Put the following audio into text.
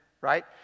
right